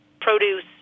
produce